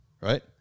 right